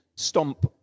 Stomp